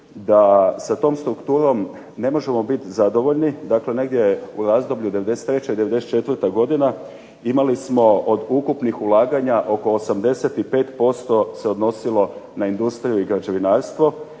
da sa tom strukturom ne možemo biti zadovoljni, dakle negdje u razdoblju '93. i '94. godina imali smo od ukupnih ulaganja oko 85% se odnosilo na industriju i građevinarstvo